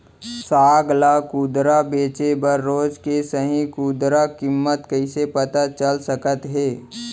साग ला खुदरा बेचे बर रोज के सही खुदरा किम्मत कइसे पता चल सकत हे?